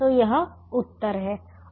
तो यह उत्तर है